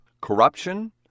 corruption